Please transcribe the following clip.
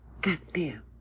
goddamn